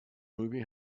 movie